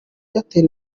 airtel